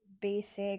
Basic